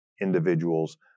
individuals